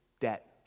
debt